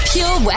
Pure